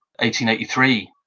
1883